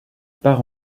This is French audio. part